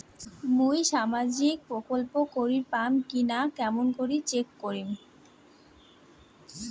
মুই সামাজিক প্রকল্প করির পাম কিনা কেমন করি চেক করিম?